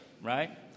right